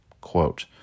quote